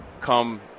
come